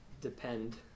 depend